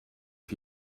for